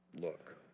look